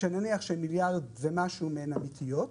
שנניח שמיליארד ומשהו מהן אמיתיות,